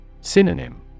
Synonym